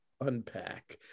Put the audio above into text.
unpack